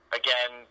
again